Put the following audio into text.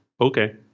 okay